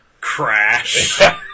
Crash